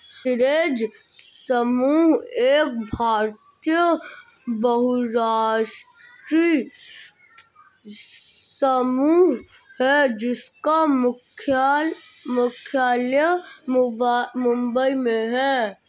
गोदरेज समूह एक भारतीय बहुराष्ट्रीय समूह है जिसका मुख्यालय मुंबई में है